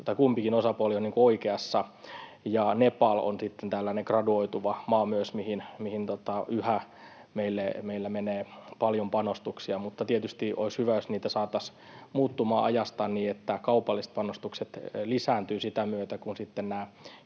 kumpikin osapuoli on oikeassa. Myös Nepal on sitten tällainen graduoituva maa, mihin yhä meillä menee paljon panostuksia. Mutta tietysti olisi hyvä, jos niitä saataisiin muuttumaan ajassa niin, että kaupalliset panostukset lisääntyvät sitä myötä, kun sitten nämä